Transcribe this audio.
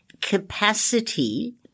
capacity